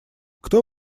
кто